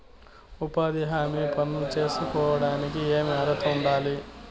ఉపాధి హామీ పనులు సేసుకోవడానికి ఏమి అర్హత ఉండాలి?